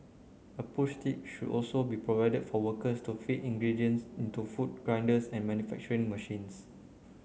a push tick should also be provided for workers to feed ingredients into food grinders and manufacturing machines